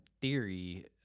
theory